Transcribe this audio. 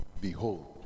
Behold